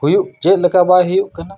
ᱦᱩᱭᱩᱜ ᱪᱮᱫ ᱞᱮᱠᱟ ᱵᱟᱭ ᱦᱩᱭᱩᱜ ᱠᱟᱱᱟ